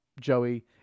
Joey